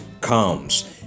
comes